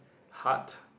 hut